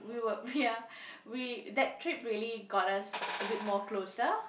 we were we are we that trip really got us a bit more closer